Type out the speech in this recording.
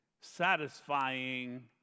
satisfying